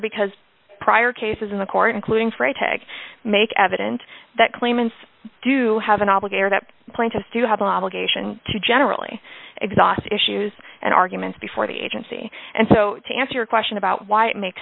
because prior cases in the court including freitag make evident that claimants do have an obligation that the plaintiffs do have an obligation to generally exhaust issues and arguments before the agency and so to answer your question about why it makes